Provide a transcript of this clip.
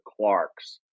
Clarks